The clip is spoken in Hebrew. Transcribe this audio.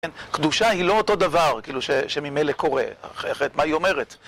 קדושה היא לא אותו דבר, כאילו, שממילא קורה. מה היא אומרת?